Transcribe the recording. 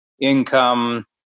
income